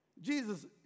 Jesus